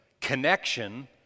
connection